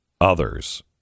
others